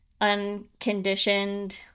unconditioned